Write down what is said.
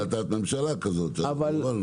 יש החלטת ממשלה כזאת שאנחנו הובלנו אותה.